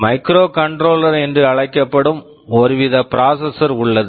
microcontroller microcontroller என்று அழைக்கப்படும் ஒருவித ப்ராசெஸஸர் processor உள்ளது